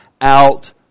out